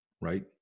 Right